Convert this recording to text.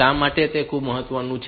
શા માટે તે ખૂબ મહત્વનું છે